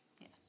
yes